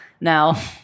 now